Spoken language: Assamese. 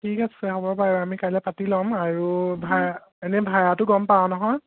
ঠিক আছে হ'ব পাৰোঁ আমি কাইলৈ পাতি ল'ম আৰু ভাড়া এনেই ভাড়াটো গম পাৱ নহয়